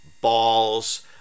Balls